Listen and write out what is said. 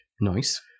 Nice